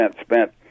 spent